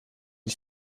die